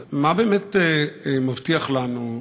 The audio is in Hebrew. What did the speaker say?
אז מה באמת מבטיח לנו,